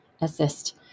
assist